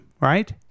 right